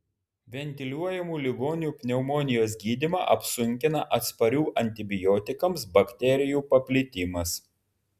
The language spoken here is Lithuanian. ventiliuojamų ligonių pneumonijos gydymą apsunkina atsparių antibiotikams bakterijų paplitimas